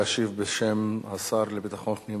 להשיב בשם השר לביטחון פנים.